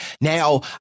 Now